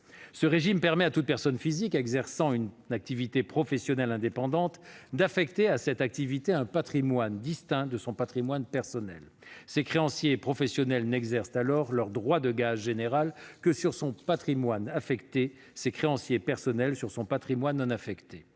Ce régime permet à toute personne physique exerçant une activité professionnelle indépendante d'affecter à cette activité un patrimoine distinct de son patrimoine personnel. Ses créanciers professionnels n'exercent alors leur droit de gage général que sur son patrimoine affecté, ses créanciers personnels le faisant sur son patrimoine non affecté.